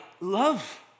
love